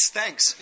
thanks